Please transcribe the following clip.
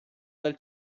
del